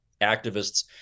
activists